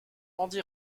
andy